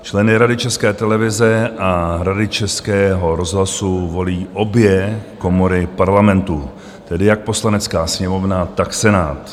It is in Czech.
Členy Rady České televize a Rady Českého rozhlasu volí obě komory Parlamentu, tedy jak Poslanecká sněmovna, tak Senát.